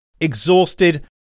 Exhausted